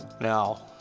Now